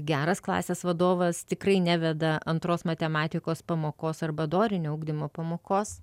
geras klasės vadovas tikrai neveda antros matematikos pamokos arba dorinio ugdymo pamokos